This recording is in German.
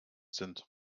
sind